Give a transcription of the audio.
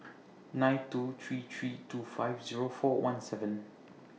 nine two three three two five Zero four one seven